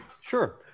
Sure